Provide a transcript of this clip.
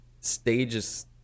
stages